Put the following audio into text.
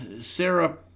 Sarah